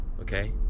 Okay